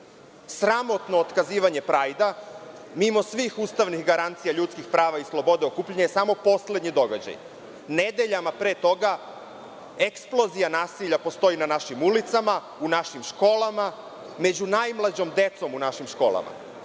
Sramotno otkazivanje „Prajda“, mimo svih ustavnih garancija ljudskih prava i sloboda, okupljanje je samo poslednji događaj. Nedeljama pre toga eksplozija nasilja na našim ulicama postoji, u našim školama, među najmlađom decom u našim